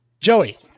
Joey